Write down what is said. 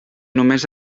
només